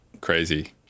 crazy